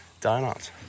donuts